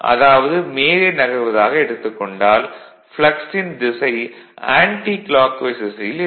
அதாவது மேலே நகர்வதாக எடுத்துக் கொண்டால் ப்ளக்ஸ் ன் திசை ஆன்ட்டி கிளாக்வைஸ் திசையில் இருக்கும்